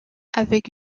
avec